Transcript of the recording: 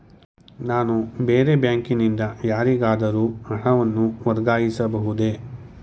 ನಾನು ಬೇರೆ ಬ್ಯಾಂಕಿನಿಂದ ಯಾರಿಗಾದರೂ ಹಣವನ್ನು ವರ್ಗಾಯಿಸಬಹುದೇ?